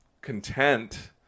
content